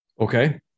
Okay